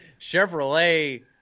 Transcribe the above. Chevrolet